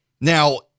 Now